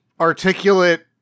articulate